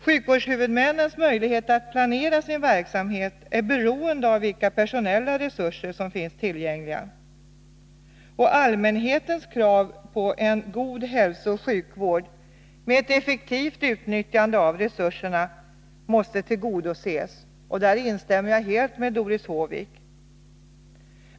Sjukvårdshuvudmännens möjligheter att planera sin verksamhet är beroende av vilka personella resurser som finns tillgängliga, och allmänhetens krav på en god hälsooch sjukvård med ett effektivt utnyttjande av resurserna måste tillgodoses. I det avseendet instämmer jag helt med Doris Håvik.